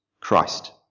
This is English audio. Christ